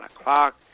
o'clock